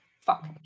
Fuck